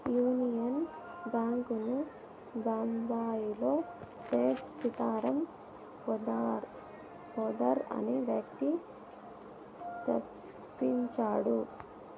union Bank ను బొంబాయిలో సేథ్ సీతారాం పోద్దార్ అనే వ్యక్తి స్థాపించాడు